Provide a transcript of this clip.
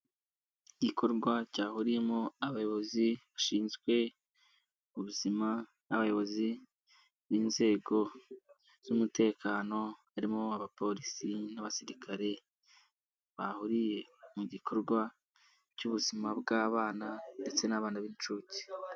Igikorwa cyahuriyemo abayobozi bashinzwe ubuzima n'abayobozi b'inzego z'umutekano harimo abapolisi n'abasirikare bahuriye mu gikorwa cy'ubuzima bw'abana ndetse n'abana b'inshuke.